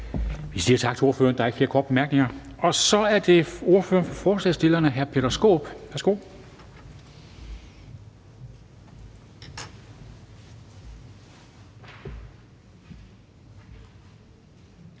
Vi siger tak til ordføreren. Der er ikke flere korte bemærkninger. Og så er det ordføreren for forslagsstillerne, hr. Peter Skaarup.